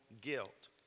guilt